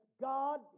God